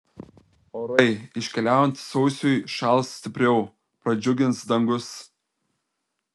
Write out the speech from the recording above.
orai iškeliaujant sausiui šals stipriau pradžiugins dangus